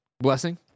blessing